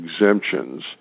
exemptions